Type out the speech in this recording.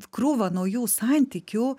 krūvą naujų santykių